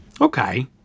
Okay